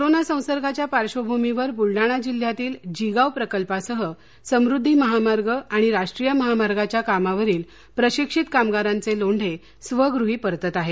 corona संसर्गाच्या पार्श्वभूमीवर बुलडाणा जिल्हयातील जिगाव प्रकल्पासह समुद्धी महामार्ग आणि राष्ट्रीय महामार्गाच्या कामावरील प्रशिक्षीत कामगारांचे लोंढे स्वगृही परतत आहेत